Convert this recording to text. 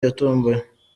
yatomboye